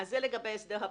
אז זה לגבי הסדר הביניים.